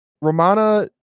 romana